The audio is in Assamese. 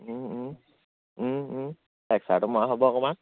লেকচাৰটো মৰা হ'ব অকণমান